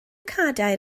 cadair